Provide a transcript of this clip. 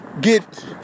get